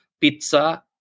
pizza